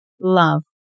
love